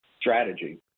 strategy